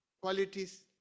qualities